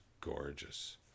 gorgeous